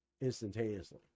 instantaneously